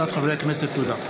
הצעת חוק הנכים (תגמולים ושיקום)